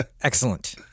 Excellent